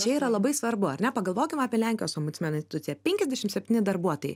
čia yra labai svarbu ar ne pagalvokim apie lenkijos ombudsmenai turi penkiasdešim septyni darbuotojai